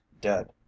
dead